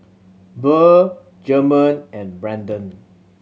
Burr German and Branden